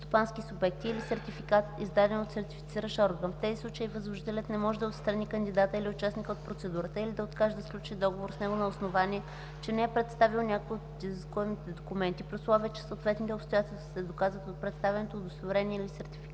В тези случаи възложителят не може да отстрани кандидата или участника от процедурата или да откаже да сключи договор с него на основание, че не е представил някой от изискуемите документи, при условие че съответните обстоятелства се доказват от представеното удостоверение или сертификат.